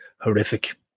horrific